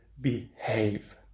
behave